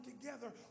together